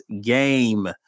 game